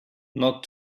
not